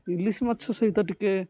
ଇଲିଶି ମାଛ ସହିତ ଟିକିଏ